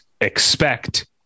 expect